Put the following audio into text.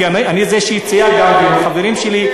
כי אני הוא שהציע את זה עם החברים שלי,